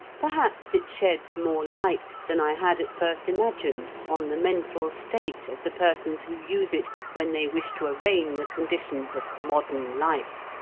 perhaps it sheds more light than i had at first imagined on the mental state of the persons who use it when they wish to arraign the conditions of modern life.